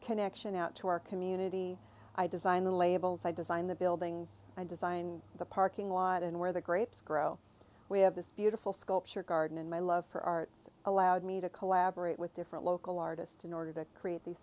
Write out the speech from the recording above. connection out to our community i design the labels i design the buildings i design the parking lot and where the grapes grow we have this beautiful sculpture garden and my love for arts allowed me to collaborate with different local artists in order to create these